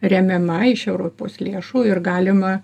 remiama iš europos lėšų ir galima